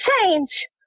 change